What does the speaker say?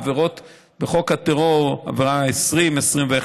עבירות בחוק הטרור: עבירות לפי סעיפים 20,